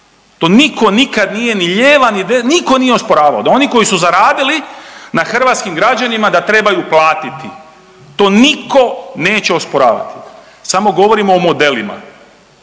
To niko nikad nije ni lijeva ni de…, niko nije osporavao da oni koji su zaradili na hrvatskim građanima da trebaju platiti, to niko neće osporavati, samo govorimo o modelima.